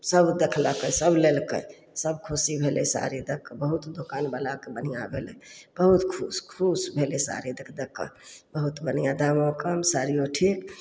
सभ देखलकै सभ लेलकै सभ खुशी भेलै साड़ी देखके बहुत दोकानवलाके बढ़िआँ भेलय बहुत खुश खुश भेलय साड़ी देख देखके बहुत बढ़िआँ दामो कम साड़ियो ठीक